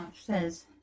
says